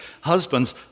Husbands